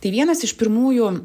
tai vienas iš pirmųjų